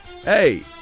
Hey